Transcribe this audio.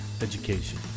education